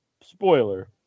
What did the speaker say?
Spoiler